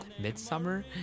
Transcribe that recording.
Midsummer